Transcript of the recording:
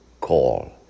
call